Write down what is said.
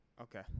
Okay